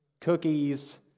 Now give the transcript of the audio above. cookies